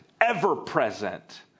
ever-present